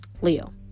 Leo